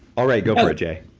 all right go for it, jay.